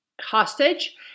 hostage